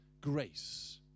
grace